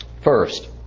first